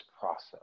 process